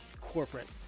corporate